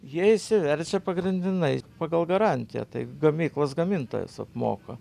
jie išsiverčia pagrindinai pagal garantiją tai gamyklos gamintojas apmoka